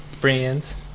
Brands